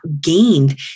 gained